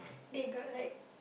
they got like